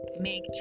make